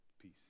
peace